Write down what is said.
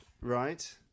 Right